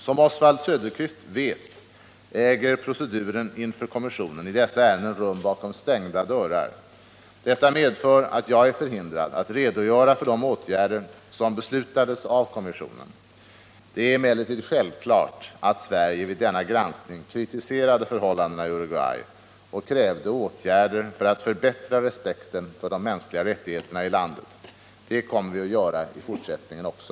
Som Oswald Söderqvist vet äger proceduren inför kommissionen i dessa ärenden rum bakom stängda dörrar. Detta medför att jag är förhindrad att redogöra för de åtgärder som beslutades av kommissionen. Det är emellertid självklart att Sverige vid denna granskning kritiserade förhållandena i Uruguay och krävde åtgärder för att förbättra respekten för de mänskliga rättigheterna i landet. Det kommer vi att göra i fortsättningen också.